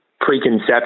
preconception